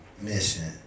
mission